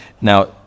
Now